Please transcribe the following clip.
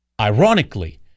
ironically